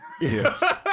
yes